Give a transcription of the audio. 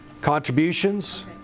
Contributions